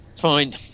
Fine